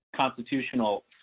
constitutional